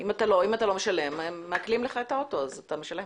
אם אתה לא משלם מעקלים לך את האוטו אז אתה משלם.